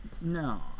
No